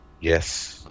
yes